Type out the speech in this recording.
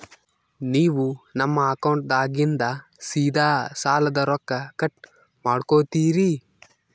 ನೀವು ನಮ್ಮ ಅಕೌಂಟದಾಗಿಂದ ಸೀದಾ ಸಾಲದ ರೊಕ್ಕ ಕಟ್ ಮಾಡ್ಕೋತೀರಿ?